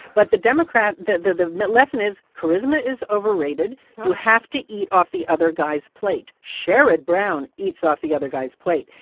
but the democrat the the lesson is, charisma is overrated you have to eat off the other guy's plate. sherrod brown eats off the other guy's plate.